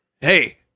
hey